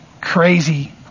crazy